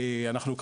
אנחנו,